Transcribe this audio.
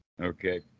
okay